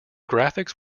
graphics